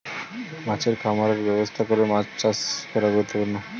মাছের খামারের ব্যবস্থা করে মাছ চাষ করা গুরুত্বপূর্ণ